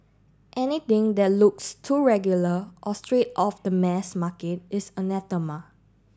anything that looks too regular or straight off the mass market is anathema